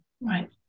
Right